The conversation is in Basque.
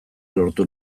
lortu